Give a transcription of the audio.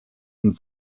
und